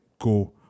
go